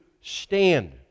stand